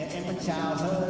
childhood